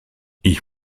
ich